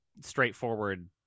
straightforward